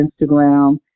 Instagram